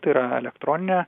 tai yra elektroninę